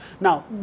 Now